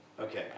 Okay